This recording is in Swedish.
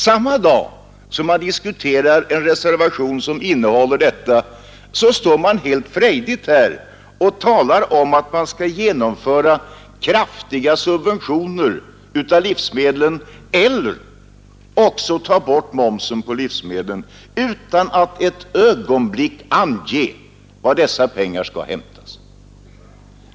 Samma dag som man diskuterar en reservation med detta innehåll talar man här helt frejdigt om att genomföra kraftiga subventioner av livsmedlen eller ta bort momsen på livsmedlen, utan att för ett ögonblick ange var dessa pengar skall hämtas.